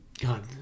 god